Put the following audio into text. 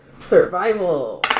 Survival